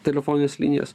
telefonines linijas